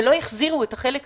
לא החזירו את החלק הזה.